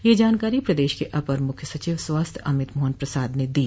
यह जानकारी प्रदेश के अपर मुख्य सचिव स्वास्थ्य अमित मोहन प्रसाद ने दी